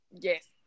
yes